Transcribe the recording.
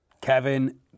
Kevin